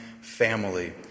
family